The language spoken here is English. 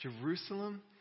Jerusalem